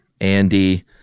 Andy